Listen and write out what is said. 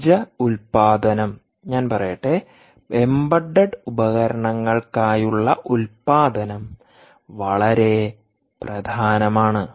ഊർജ്ജ ഉൽപാദനം ഞാൻ പറയട്ടെ എംബഡഡ് ഉപകരണങ്ങൾക്കായുളള ഉൽപാദനം വളരെ പ്രധാനമാണ്